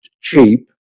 cheap